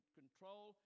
control